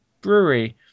Brewery